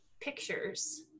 pictures